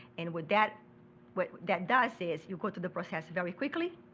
and what that what that does is you go to the process very quickly.